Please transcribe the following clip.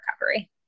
recovery